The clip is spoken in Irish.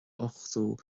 ochtó